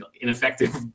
ineffective